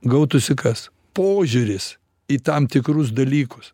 gautųsi kas požiūris į tam tikrus dalykus